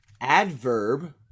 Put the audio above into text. adverb